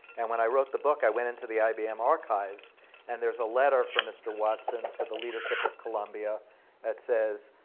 and when i wrote the book, i went into the ibm archives and there's a letter from mr. watson to the leadership of columbia that says,